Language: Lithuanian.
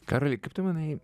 karoli kaip tu manai